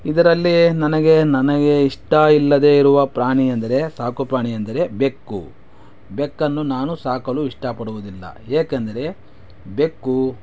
ಇದರಲ್ಲಿ ನನಗೆ ನನಗೆ ಇಷ್ಟ ಇಲ್ಲದೇ ಇರುವ ಪ್ರಾಣಿ ಎಂದರೆ ಸಾಕುಪ್ರಾಣಿ ಎಂದರೆ ಬೆಕ್ಕು ಬೆಕ್ಕನ್ನು ನಾನು ಸಾಕಲು ಇಷ್ಟಪಡುವುದಿಲ್ಲ ಏಕೆಂದರೆ ಬೆಕ್ಕು